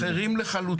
אחרים לחלוטין.